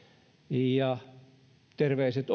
ja terveiset